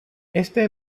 este